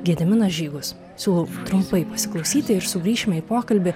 gediminas žygus siūlau trumpai pasiklausyti ir sugrįšime į pokalbį